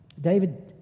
David